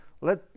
Let